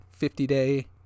50-day